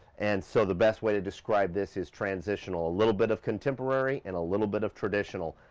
and so the best way to describe this is transitional. a little bit of contemporary, and a little bit of traditional,